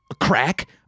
crack